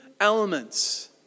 elements